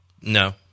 No